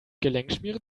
gelenkschmiere